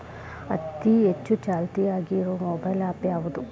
ಅತಿ ಹೆಚ್ಚ ಚಾಲ್ತಿಯಾಗ ಇರು ಮೊಬೈಲ್ ಆ್ಯಪ್ ಯಾವುದು?